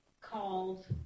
called